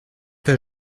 pas